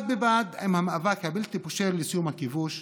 בד בבד עם המאבק הבלתי-פשרני לסיום הכיבוש,